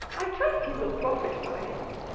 i trust he will profit by it.